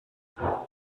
wir